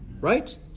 Right